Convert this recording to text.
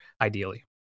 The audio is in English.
ideally